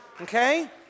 Okay